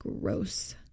Gross